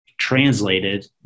translated